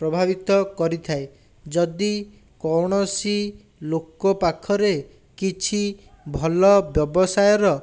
ପ୍ରଭାବିତ କରିଥାଏ ଯଦି କୌଣସି ଲୋକ ପାଖରେ କିଛି ଭଲ ବ୍ୟବସାୟ ର